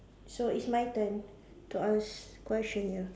so it's my turn to ask question here